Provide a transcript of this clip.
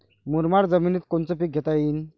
मुरमाड जमिनीत कोनचे पीकं घेता येईन?